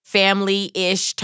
family-ish